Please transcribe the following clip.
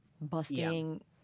busting